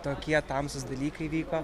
tokie tamsūs dalykai vyko